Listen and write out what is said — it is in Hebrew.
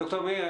ד"ר מאיר,